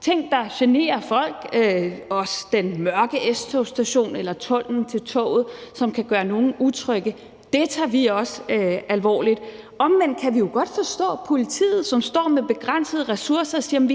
ting, der generer folk. Der er også den mørke S-togsstation eller tunnelen til toget, som kan gøre nogle utrygge. Det tager vi også alvorligt. Omvendt kan vi godt forstå politiet, som står med begrænsede ressourcer og siger: Jamen